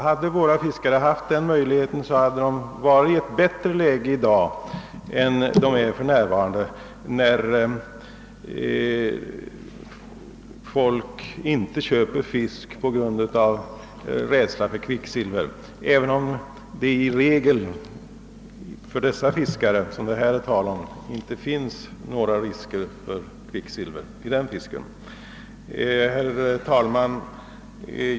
Hade fiskarna i vårt land haft den möjligheten skulle de ha varit i ett bättre läge i dag än de är, eftersom folk inte köper fisk av rädsla för kvicksilver — även om det som regel inte finns något kvicksilver i den fisk det här gäller. Herr talman!